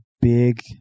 big